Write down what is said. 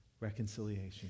reconciliation